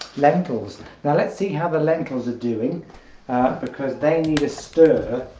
lentils now let's see how the lentils are doing because they need a stir